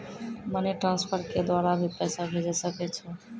Money transfer के द्वारा भी पैसा भेजै सकै छौ?